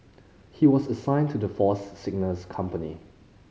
he was assigned to the Force's Signals company